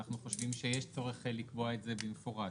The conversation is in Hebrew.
אנחנו חושבים שיש צורך לקבוע את זה במפורש,